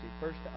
First